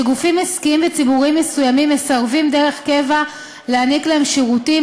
שגופים עסקיים וציבוריים מסוימים מסרבים דרך קבע לתת להם שירותים,